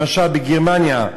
למשל בגרמניה,